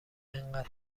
اینقد